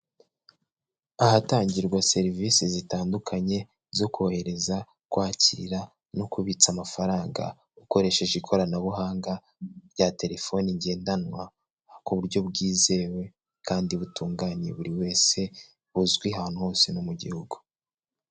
Ahatangirwa serivisi zitandukanye zo kohereza, kwakira no kubitsa amafaranga ukoresheje ikoranabuhanga rya telefoni ngendanwa, ku buryo bwizewe kandi butunganye buri wese, buzwi ahantu hose no mu gihugu.